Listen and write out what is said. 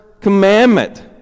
commandment